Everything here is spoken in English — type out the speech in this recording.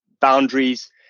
boundaries